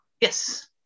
Yes